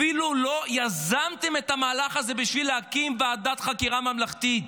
אפילו לא יזמתם את המהלך הזה בשביל להקים ועדת חקירה ממלכתית.